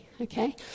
Okay